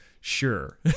Sure